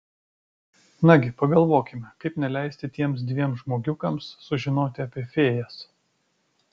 nagi pagalvokime kaip neleisti tiems dviem žmogiukams sužinoti apie fėjas